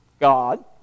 God